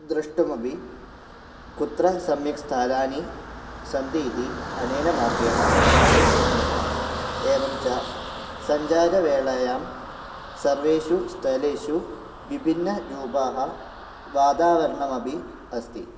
द्रष्टुमपि कुत्र सम्यक् स्थानानि सन्ति इति अनेन मार्गेण ज्ञातुं शक्नुमः एवं च सञ्चारवेलायां सर्वेषु स्तलेषु विभिन्नरूपाः वातावरणमपि अस्ति